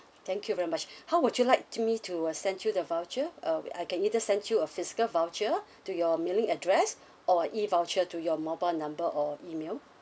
thank you very much how would you like to me to uh send you the voucher uh I can either send you a physical voucher to your mailing address or E voucher to your mobile number or email